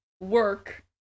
work